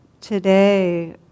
today